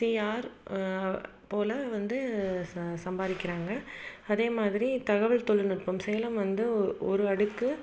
CR போல் வந்து ச சம்பாதிக்கிறாங்க அதே மாதிரி தகவல் தொழில்நுட்பம் சேலம் வந்து ஒரு அடுக்கு